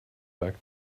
back